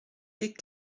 des